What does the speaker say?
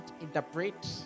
interpret